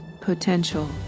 potential